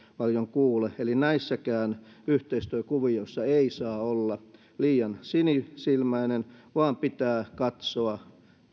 paljon kuule eli näissäkään yhteistyökuvioissa ei saa olla liian sinisilmäinen vaan pitää katsoa